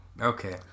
Okay